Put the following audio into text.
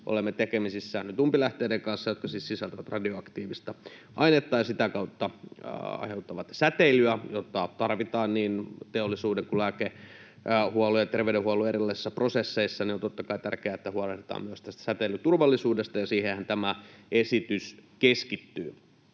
olemme tekemisissä nyt umpilähteiden kanssa, jotka siis sisältävät radioaktiivista ainetta ja sitä kautta aiheuttavat säteilyä, jota tarvitaan niin teollisuuden kuin lääkehuollon ja terveydenhuollon erilaisissa prosesseissa, niin on totta kai tärkeää, että huolehditaan myös säteilyturvallisuudesta. Siihenhän tämä esitys keskittyy.